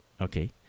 Okay